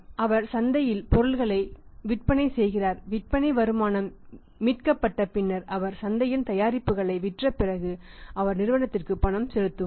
அவர் சந்தையில் பொருள்களை விற்பனை செய்கிறார் விற்பனை வருமானம் மீட்கப்பட்ட பின்னர் அதாவது அவர் சந்தையில் தயாரிப்புகளை விற்றபிறகு அவர் நிறுவனத்திற்கு பணம் செலுத்துவார்